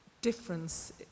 difference